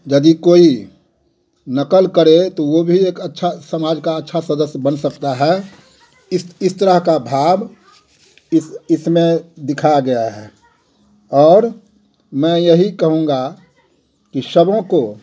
यदि कोई नकल करे तो वह भी एक अच्छा समाज का अच्छा सदस्य बन सकता है इस इस तरह का भाव इस इसमें दिखाया गया है और मैं यही कहूँगा कि सबों को